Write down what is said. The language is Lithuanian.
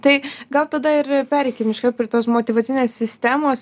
tai gal tada ir pereikim iškart prie tos motyvacinės sistemos